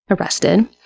arrested